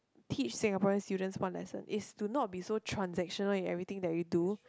teach Singaporean students one lesson is to not be so transaction one in everything that you do